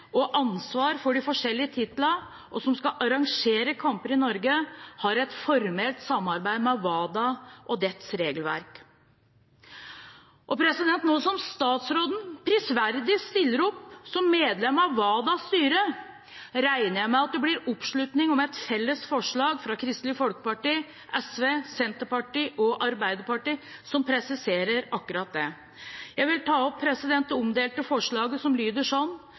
og ansvar for de forskjellige titlene, og som skal arrangere kamper i Norge, har et formelt samarbeid med WADA og dets regelverk. Nå som statsråden prisverdig stiller opp som medlem av WADAs styre, regner jeg med at det blir oppslutning om et felles forslag fra Kristelig Folkeparti, SV, Senterpartiet og Arbeiderpartiet som presiserer akkurat det. Jeg vil ta opp det omdelte forslaget som lyder sånn: